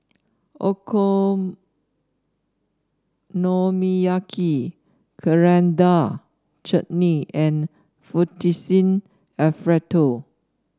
Okonomiyaki Coriander Chutney and Fettuccine Alfredo